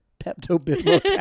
Pepto-Bismol